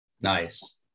Nice